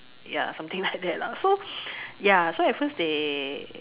ya something like that lah so ya so at first they